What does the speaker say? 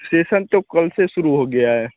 session तो कल से सहुरू हो गया है